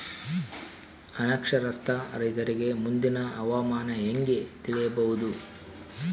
ಅನಕ್ಷರಸ್ಥ ರೈತರಿಗೆ ಮುಂದಿನ ಹವಾಮಾನ ಹೆಂಗೆ ತಿಳಿಯಬಹುದು?